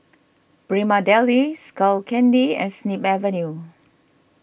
Prima Deli Skull Candy and Snip Avenue